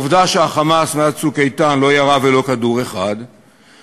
העובדה שה"חמאס" מאז "צוק איתן" לא ירה ולו כדור אחד והעובדה